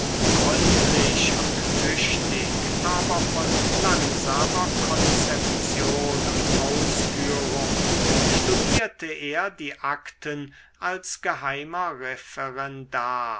gründlich und tüchtig aber von langsamer konzeption und ausführung studierte er die akten als geheimer referendar